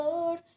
Lord